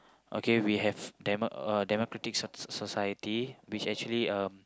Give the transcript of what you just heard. okay we have demo~ uh democratic so~ society which actually um